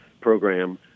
program